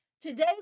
Today